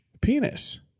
penis